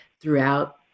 throughout